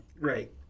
Right